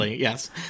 yes